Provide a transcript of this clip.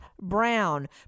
Brown